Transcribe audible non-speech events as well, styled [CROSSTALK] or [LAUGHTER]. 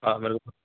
ہاں [UNINTELLIGIBLE]